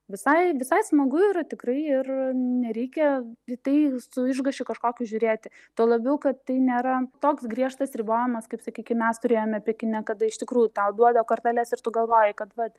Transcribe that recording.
visai visai smagu yra tikrai ir nereikia į tai su išgąsčiu kažkokiu žiūrėti tuo labiau kad tai nėra toks griežtas ribojimas kaip sakykim mes turėjome pekine kada iš tikrųjų tau duoda korteles ir tu galvoji kad vat